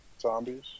Zombies